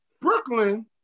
Brooklyn